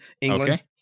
England